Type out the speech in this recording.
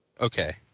okay